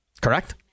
Correct